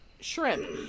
shrimp